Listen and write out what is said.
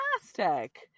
fantastic